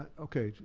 ah okay,